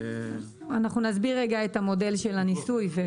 אנחנו נסביר רגע את המודל של הניסוי.